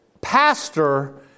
pastor